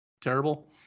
terrible